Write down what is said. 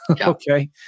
okay